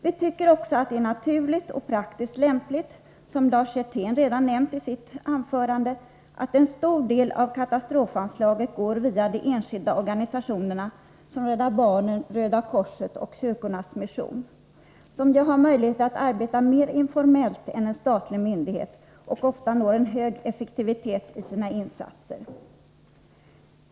Vi tycker också ätt det är naturligt och praktiskt lämpligt — som Lars Hjertén redan nämnt i sitt anförande — att en stor del av katastrofanslaget går via de enskilda organisationerna som Rädda barnen, Röda korset och kyrkornas mission, som ju har möjlighet att arbeta mer informellt än en statlig myndighet och ofta når en hög effektivitet i sina insatser.